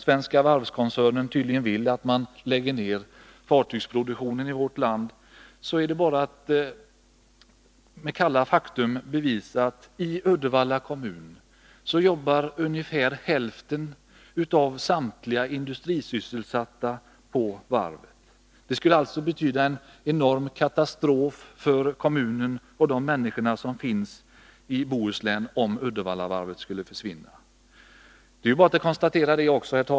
Svenska Varv-koncernen vill tydligen att man lägger ned fartygsproduktionen i vårt land. Låt mig då konstatera några kalla fakta. I Uddevalla kommun jobbar ungefär hälften av samtliga industrisysselsatta på varvet. Det skulle alltså betyda en enorm katastrof för kommunen och de människor som finns i Bohuslän om Uddevallavarvet skulle försvinna.